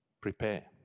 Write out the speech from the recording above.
Prepare